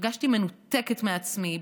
הרגשתי מנותקת מעצמי.